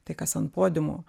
tai kas ant podiumo